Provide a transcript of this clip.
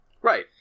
Right